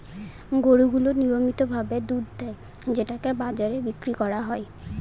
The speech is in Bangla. গরু গুলো নিয়মিত ভাবে দুধ দেয় যেটাকে বাজারে বিক্রি করা হয়